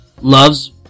Love's